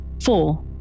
Four